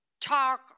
talk